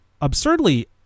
absurdly